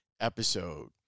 episode